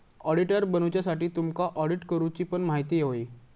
auditor बनुच्यासाठी तुमका audit करूची पण म्हायती होई